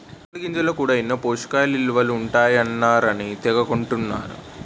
గుమ్మిడి గింజల్లో కూడా ఎన్నో పోసకయిలువలు ఉంటాయన్నారని తెగ కొంటన్నరు